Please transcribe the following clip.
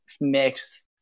mixed